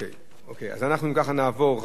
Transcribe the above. החוק אושרה בקריאה ראשונה ותעבור להכנה